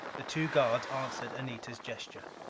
the two guards answered anita's gesture.